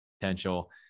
potential